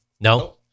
No